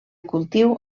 cultiu